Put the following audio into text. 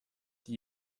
die